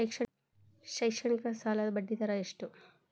ಶೈಕ್ಷಣಿಕ ಸಾಲದ ಬಡ್ಡಿ ದರ ಎಷ್ಟು?